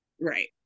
Right